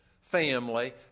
family